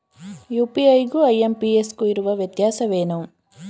UPI ಗು IMPS ಗು ಇರುವ ವ್ಯತ್ಯಾಸವೇನು?